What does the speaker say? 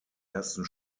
ersten